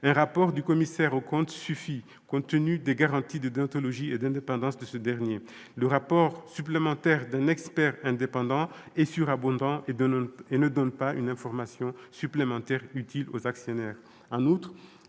un rapport du commissaire aux comptes suffit, compte tenu des garanties de déontologie et d'indépendance de ce dernier. Le rapport supplémentaire d'un expert indépendant est redondant et ne donne pas une information supplémentaire utile aux actionnaires.